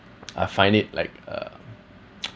I find it like a